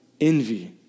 envy